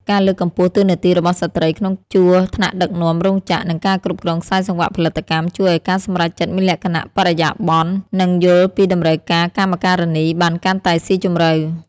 ការលើកកម្ពស់តួនាទីរបស់ស្ត្រីក្នុងជួរថ្នាក់ដឹកនាំរោងចក្រ និងការគ្រប់គ្រងខ្សែសង្វាក់ផលិតកម្ម ជួយឱ្យការសម្រេចចិត្តមានលក្ខណៈបរិយាប័ន្ន និងយល់ពីតម្រូវការកម្មការិនីបានកាន់តែស៊ីជម្រៅ។